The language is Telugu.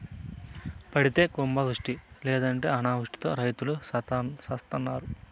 పడితే కుంభవృష్టి లేకుంటే అనావృష్టితో రైతులు సత్తన్నారు